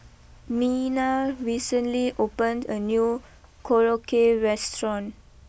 Mena recently opened a new Korokke restaurant